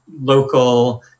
local